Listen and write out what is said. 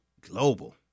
global